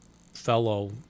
fellow